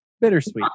bittersweet